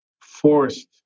forced